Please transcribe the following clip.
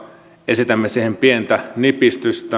esitämme siihen pientä nipistystä